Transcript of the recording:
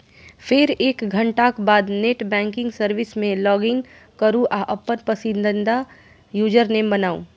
फेर एक घंटाक बाद नेट बैंकिंग सर्विस मे लॉगइन करू आ अपन पसंदीदा यूजरनेम बनाउ